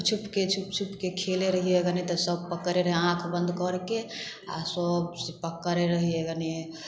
छुप छुपके छुप छुपके खेलै रहिए गने तऽ सब पकड़ै रहै आँख बन्द करके आ सब पकड़ै रहिए गने